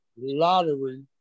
lottery